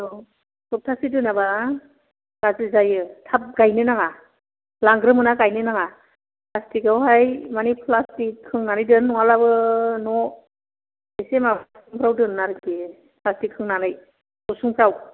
औ सप्तासे दोनाबा गाज्रि जायो थाब गायनो नाङा लांग्रोमोना गायनो नाङा प्लाष्टिकआवहाय माने प्लाष्टिक खोंनानै दोन नङाब्लाबो न एसे माबा असुंफ्राव दोन आरोखि प्लाष्टिक खोंनानै न' सिंफ्राव